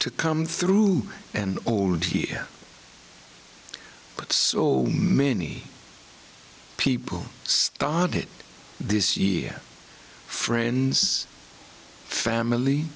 to come through and old here but so many people started this year friends family